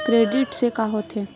Credit से का होथे?